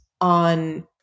on